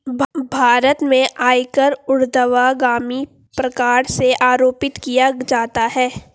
भारत में आयकर ऊर्ध्वगामी प्रकार से आरोपित किया जाता है